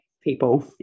people